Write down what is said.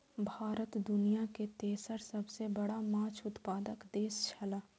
भारत दुनिया के तेसर सबसे बड़ा माछ उत्पादक देश छला